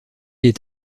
est